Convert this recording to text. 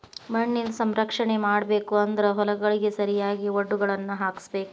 ಮಣ್ಣಿನ ಸಂರಕ್ಷಣೆ ಮಾಡಬೇಕು ಅಂದ್ರ ಹೊಲಗಳಿಗೆ ಸರಿಯಾಗಿ ವಡ್ಡುಗಳನ್ನಾ ಹಾಕ್ಸಬೇಕ